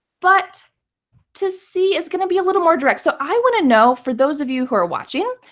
but to see is going to be a little more direct. so i want to know, for those of you who are watching,